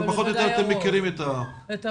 פחות או יותר אתם מכירים --- את הרוב.